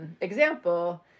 example